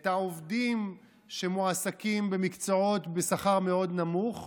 את העובדים שמועסקים במקצועות בשכר מאוד נמוך,